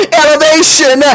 elevation